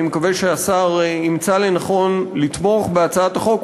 אני מקווה שהשר ימצא לנכון לתמוך בהצעת החוק,